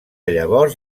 llavors